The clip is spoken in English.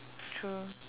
true